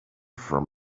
from